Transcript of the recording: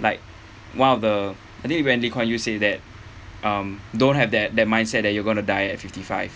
like one of the I think when Lee Kuan Yew say that um don't have that that mindset that you're going to die at fifty-five